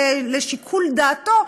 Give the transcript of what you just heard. ולשיקול דעתו,